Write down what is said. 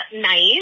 nice